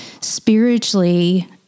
spiritually